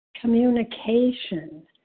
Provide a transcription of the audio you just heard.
communication